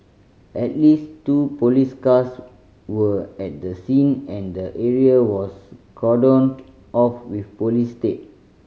at least two police cars were at the scene and the area was cordoned off with police tape